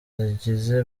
zigize